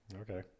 Okay